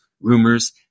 rumors